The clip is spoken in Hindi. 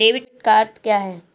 डेबिट का अर्थ क्या है?